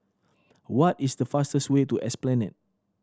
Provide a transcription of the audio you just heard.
what is the fastest way to Esplanade